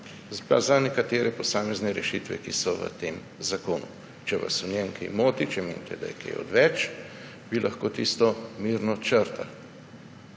za nekatere posamezne rešitve, ki so v tem zakonu. Če vas v njem kaj moti, če menite, da je kaj odveč, bi lahko tisto mirno črtali